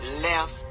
left